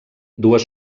dues